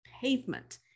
pavement